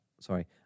Sorry